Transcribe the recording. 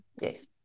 yes